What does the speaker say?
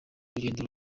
urugendo